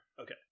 Okay